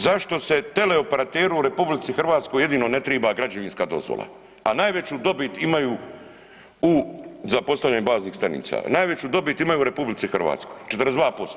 Zašto se teleoperateru u RH jedino ne triba građevinska dozvola, a najveću dobit imaju u za postavljanje baznih stanica, najveću dobit imaju u RH, 42%